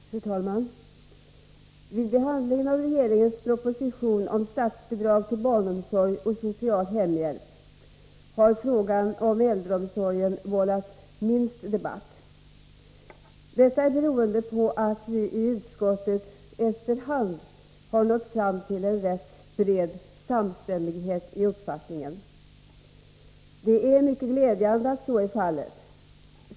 Fru talman! Vid behandlingen av regeringens proposition om statsbidrag till barnomsorg och social hemhjälp har frågan om äldreomsorgen vållat minst debatt. Detta beror på att vi i utskottet efter hand nått fram till en rätt bred samstämmighet i uppfattningen. Det är mycket glädjande att så är fallet.